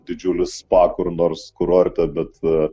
didžiulis spa kur nors kurorte bet